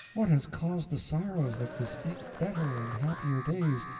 what has caused the sorrows that bespeak better and happier days,